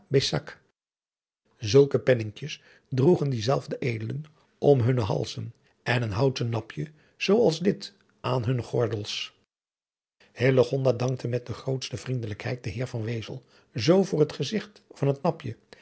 zulke penninkjes droegen die zelfde edelen om hunne halzen en een houten napje zoo als dit aan hunne gordels hillegonda dankte met de grootste vriendelijkheid den heer van wezel zoo voor het gezigt van het napje